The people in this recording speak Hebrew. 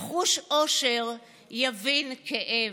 / יחוש אושר, יבין כאב".